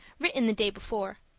written the day before.